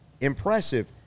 Impressive